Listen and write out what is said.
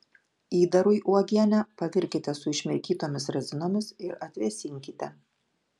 įdarui uogienę pavirkite su išmirkytomis razinomis ir atvėsinkite